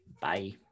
Bye